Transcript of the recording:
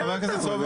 דבר איתה.